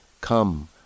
Come